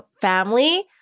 family